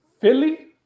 Philly